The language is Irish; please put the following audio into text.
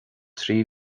trí